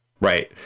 right